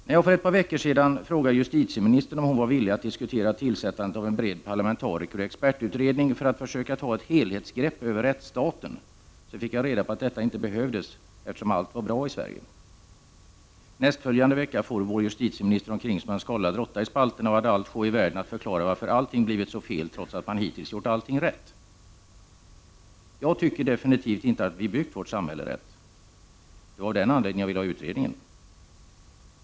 När jag för ett par veckor sedan frågade justitieministern om hon var villig att diskutera tillsättandet av en bred parlamentarikeroch expertutredning för att försöka ta ett helhetsgrepp om rättsstaten, fick jag reda på att detta inte behövdes eftersom allt var bra i Sverige. Nästföljande vecka for vår justitieminister omkring som en skållad råtta i spalterna och hade allt sjå i världen att förklara varför allting blivit så fel, trots att man hittills gjort allting rätt. Jag tycker definitivt inte att vi har byggt vårt samhälle rätt. Det är av den anledningen som jag vill ha en utredning.